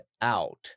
out